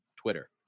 Twitter